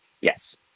Yes